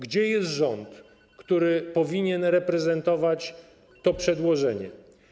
Gdzie jest rząd, który powinien reprezentować to przedłożenie?